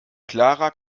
clara